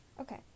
Okay